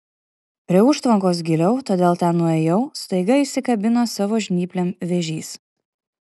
prie užtvankos giliau todėl ten nuėjau staiga įsikabino savo žnyplėm vėžys